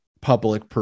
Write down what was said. public